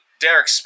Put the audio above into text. Derek